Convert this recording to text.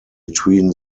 between